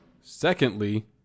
Secondly